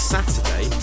Saturday